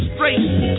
Straight